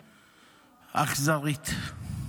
אכזרית.